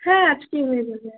হ্যাঁ আজকেই হয়ে যাবে